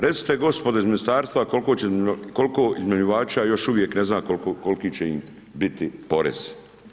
Recite gospodo iz ministarstva koliko iznajmljivača još uvijek ne zna koliki će im biti porez.